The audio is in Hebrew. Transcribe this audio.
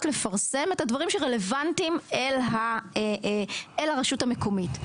לפרסם את הדברים שרלוונטיים לרשות המקומית,